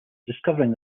discovering